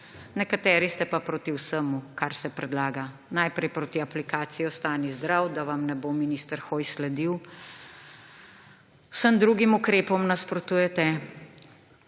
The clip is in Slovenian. Nekateri ste pa proti vsemu, kar se predlaga. Najprej proti aplikaciji #OstaniZdrav, da vam ne bo minister Hojs sledil. Vsem drugim ukrepom nasprotujete.